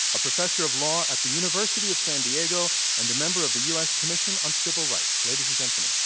a professor of law at the university of san diego and a member of the u. s. commission on civil rights. ladies and gentlemen,